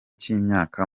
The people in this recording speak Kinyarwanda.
cy’imyaka